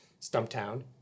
Stumptown